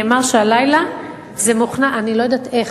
נאמר שהלילה זה מוכנס, אני לא יודעת איך.